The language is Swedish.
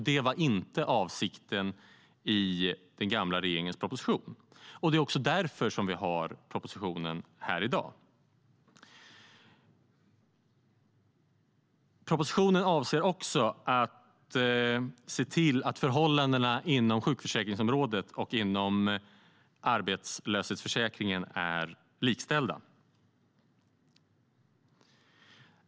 Det var inte avsikten i den tidigare regeringens proposition. Det är därför vi behandlar dagens proposition. Propositionen avser också att se till att förhållandena inom sjukförsäkringsområdet och inom arbetslöshetsförsäkringen är likställda.